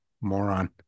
moron